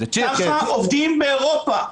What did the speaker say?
ככה עובדים באירופה.